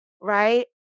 right